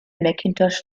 macintosh